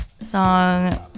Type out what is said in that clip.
song